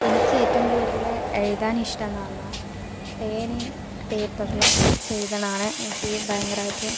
എനിക്ക് ഏറ്റവും കൂടുതൽ എഴുതാൻ ഇഷ്ടം എന്ന് പറഞ്ഞാൽ പേനയും പേപ്പറിലും വച്ച് എഴുതണതാണ് എനിക്ക് ഭയങ്കരമായിട്ട്